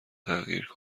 تغییر